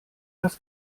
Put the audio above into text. das